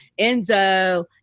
enzo